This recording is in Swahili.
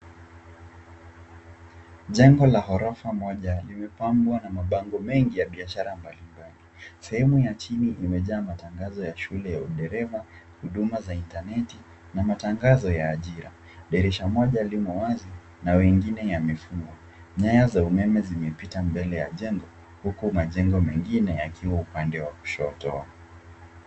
Jengo la ghorofa moja limepambwa na mabango mengi ya biashara mbalimbali. Sehemu ya chini imejaa matangazo ya shule ya udereva, huduma za intaneti na matangazo ya ajira. Dirisha moja limo wazi na wengine yamefungwa. Nyaya za umeme zimepita mbele ya jengo huku majengo mengine yakiwa upande wa kushoto.